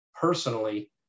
personally